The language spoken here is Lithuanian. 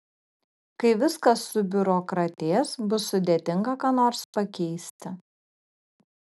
kai viskas subiurokratės bus sudėtinga ką nors pakeisti